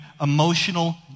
emotional